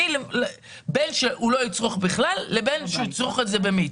בין שהוא לא יצרוך בכלל ובין שהוא יצרוך את זה במיץ.